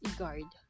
guard